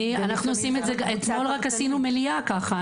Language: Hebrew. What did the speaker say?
אתמול רק עשינו מליאה ככה,